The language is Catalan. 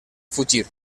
fugir